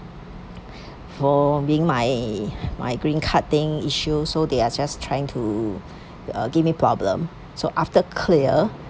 for being my my green card thing issue so they are just trying to to(uh) give me problems so after clear